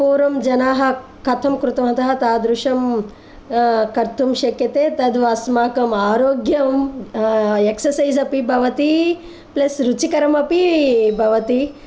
पूर्वं जनाः कथं कृतवन्तः तादृशं कर्तुं शक्यते तत् अस्माकम् आरोग्यम् एक्सर्सैस् अपि भवति प्लस् रुचिकरमपि भवति